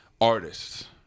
Artists